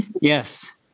Yes